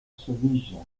sevilla